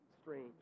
strange